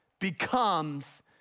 becomes